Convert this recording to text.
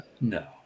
No